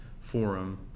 forum